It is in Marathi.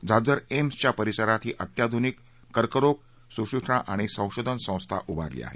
झाज्जर एम्सच्या परसिरात ही अत्याधुनिक कर्करोग सुश्रुषा आणि संशोधन संस्था उभारती आहे